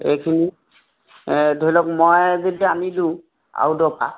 এইখিনি এই ধৰি লওক মই যদি আনি দিওঁ আউটৰপৰা